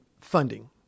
funding